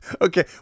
Okay